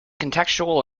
contextual